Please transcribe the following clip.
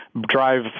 drive